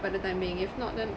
for the time being if not then